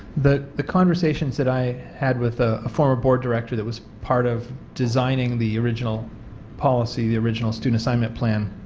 but the conversations that i had with the former board director that was part of designing the original policy, the original student assignment plan,